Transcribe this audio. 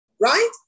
right